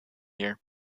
year